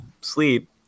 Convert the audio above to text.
sleep